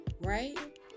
right